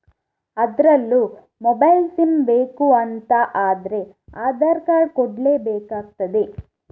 ಅದ್ರಲ್ಲೂ mobile sim ಬೇಕು ಅಂತ ಆದ್ರೆ ಆಧಾರ್ ಕಾರ್ಡ್ ಕೊಡ್ಲೇ ಬೇಕಾಗ್ತದೆ